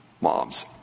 mom's